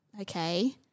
okay